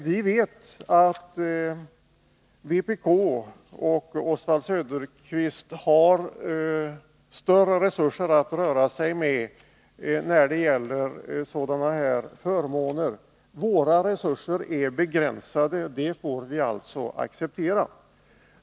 Vi vet att Oswald Söderqvist och vpk i övrigt har större resurser att röra sig med när det gäller sådana här förmåner. Våra resurser är begränsade, och det får vi acceptera.